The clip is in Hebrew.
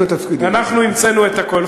המצאתם את 19:55. אנחנו המצאנו את הכול.